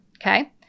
okay